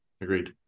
Agreed